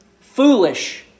Foolish